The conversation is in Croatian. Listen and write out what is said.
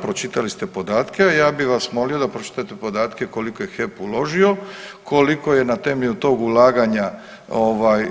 Pročitali ste podatke, a ja bih vas molio da pročitate podatke koliko je HEP uložio, koliko je na temelju tog ulaganja